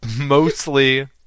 mostly